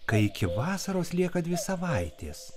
kai iki vasaros lieka dvi savaitės